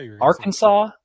Arkansas